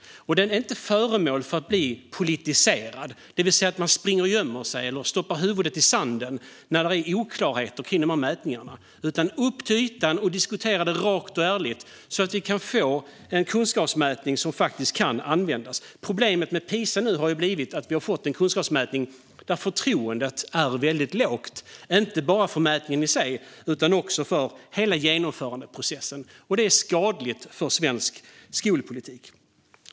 Den ska inte vara föremål för politisering, det vill säga att man springer och gömmer sig eller stoppar huvudet i sanden när det finns oklarheter kring mätningarna, utan det ska upp till ytan och diskuteras rakt och ärligt så att vi kan få en kunskapsmätning som faktiskt kan användas. Problemet med Pisa har blivit att vi har fått en kunskapsmätning där förtroendet är väldigt lågt, inte bara för mätningen i sig utan för hela genomförandeprocessen. Detta är skadligt för svensk skolpolitik.